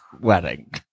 wedding